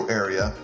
area